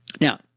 Now